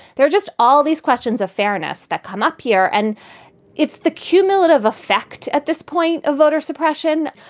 they're just all these questions of fairness that come up here. and it's the cumulative effect at this point, a voter suppression.